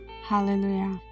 hallelujah